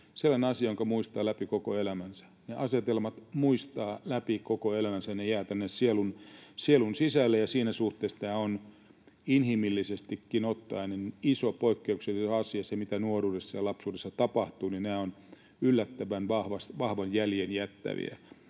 sellainen asia, jonka muistaa läpi koko elämänsä. Ne asetelmat muistaa läpi koko elämänsä, ja ne jäävät tänne sielun sisälle, ja siinä suhteessa tämä on inhimillisestikin ottaen iso, poikkeuksellinen asia. Se, mitä nuoruudessa ja lapsuudessa tapahtuu, jättää yllättävän vahvan jäljen.